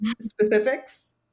specifics